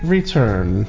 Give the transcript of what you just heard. Return